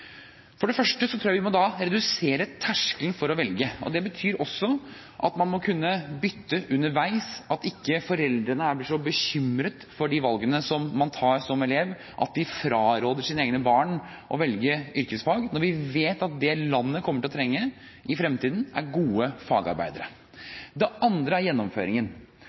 For det første tror jeg vi må senke terskelen for å velge. Det betyr også at man må kunne bytte underveis, at ikke foreldrene er så bekymret for de valgene som man tar som elev, at de fraråder sine egne barn å velge yrkesfag, når vi vet at det landet kommer til å trenge i fremtiden, er gode fagarbeidere. Det andre er gjennomføringen.